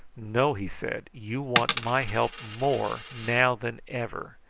no! he said you want my help more now than ever.